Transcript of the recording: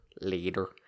later